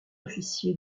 officier